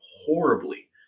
horribly